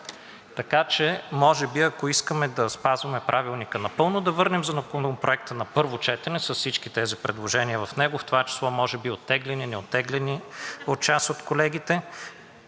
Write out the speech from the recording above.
Така че може би, ако искаме да спазваме Правилника напълно, да върнем Законопроекта на първо четене с всички тези предложения в него, в това число може би оттеглени, неоттеглени от част от колегите,